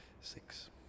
six